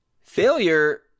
failure